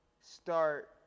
start